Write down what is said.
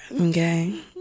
okay